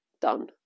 done